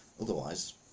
Otherwise